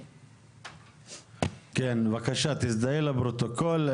כן, בבקשה תזדהה לפרוטוקול.